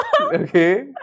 Okay